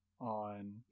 on